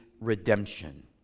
redemption